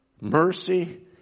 Mercy